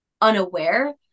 unaware